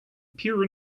pure